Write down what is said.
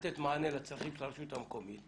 לתת מענה לצרכים של הרשות המקומית,